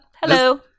Hello